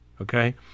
Okay